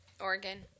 Oregon